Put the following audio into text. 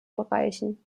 bereichen